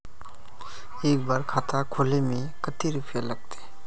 एक बार खाता खोले में कते रुपया लगते?